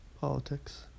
Politics